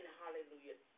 hallelujah